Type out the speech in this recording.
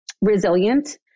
resilient